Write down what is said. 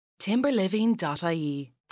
Timberliving.ie